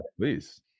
please